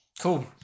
Cool